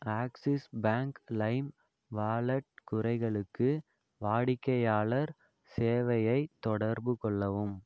axis Bank Lime wallet குறைகளுக்கு வாடிக்கையாளர் சேவையை தொடர்புகொள்ளவும்